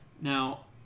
Now